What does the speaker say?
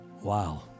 Wow